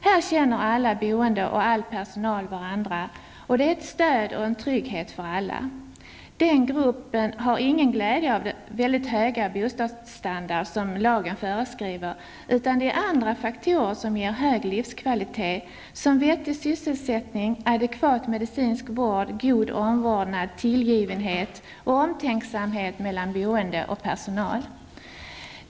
Här känner alla boende och all personal varandra, och det är ett stöd och en trygghet för alla. Denna grupp har ingen glädje av den mycket höga bostadsstandard som lagen föreskriver, utan det är andra faktorer som ger hög livskvalitet, såsom vettig sysselsättning, adekvat medicinsk vård, god omvårdnad, tillgivenhet och omtänksamhet mellan boende och personal.